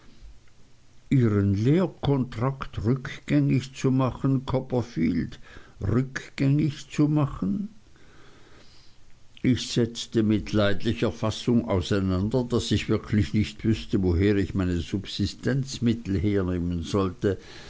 ihren lehrkontrakt rückgängig zu machen copperfield rückgängig zu machen ich setzte mit leidlicher fassung auseinander daß ich wirklich nicht wüßte woher ich meine subsistenzmittel hernehmen sollte